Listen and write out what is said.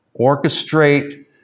orchestrate